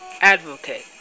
advocate